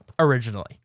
originally